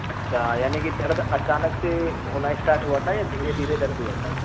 अच्छा यानि कि दर्द अचानक से होना स्टार्ट हुआ था या धीरे धीरे दर्द हुआ था